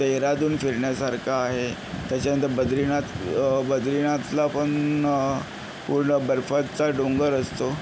देअरादून फिरण्यासारखं आहे त्याच्यानंतर बद्रीनाथ बद्रीनाथला पण पूर्ण बर्फाचा डोंगर असतो